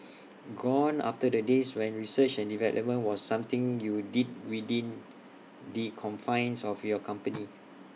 gone are the days when research and development was something you did within the confines of your company